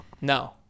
no